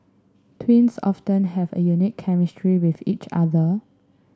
twins often have a unique chemistry with each other